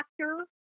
actor